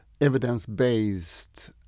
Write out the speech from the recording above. evidence-based